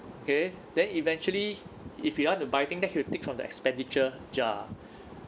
K then eventually if he want to buy thing then he will take from the expenditure jar